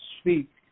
speak